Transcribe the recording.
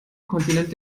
kontinent